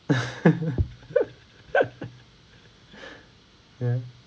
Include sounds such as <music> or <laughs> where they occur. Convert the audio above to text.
<laughs> yeah